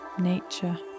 nature